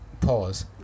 Pause